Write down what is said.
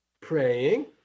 praying